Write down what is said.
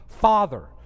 Father